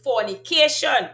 fornication